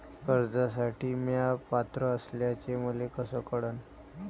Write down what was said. कर्जसाठी म्या पात्र असल्याचे मले कस कळन?